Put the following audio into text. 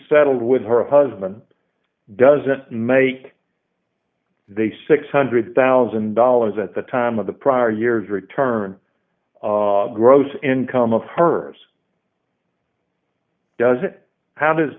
settled with her husband doesn't make the six hundred thousand dollars at the time of the prior years return of gross income of hers does it how does